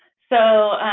so,